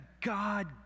God